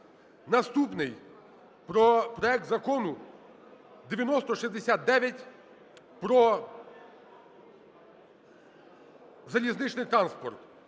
Наступний: про проект Закону 9069 про залізничний транспорт.